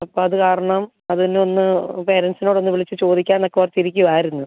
അപ്പോൾ അത് കാരണം അതിനൊന്ന് പേരൻറ്സിനോടൊന്ന് വിളിച്ച് ചോദിക്കാം എന്നൊക്കെ ഓർത്തിരിക്കുവായിരുന്നു